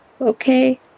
okay